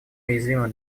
уязвимы